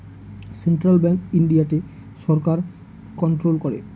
central bank ইন্ডিয়াতে সরকার control করে